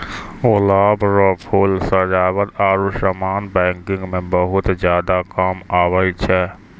गुलाब रो फूल सजावट आरु समान पैकिंग मे बहुत ज्यादा काम आबै छै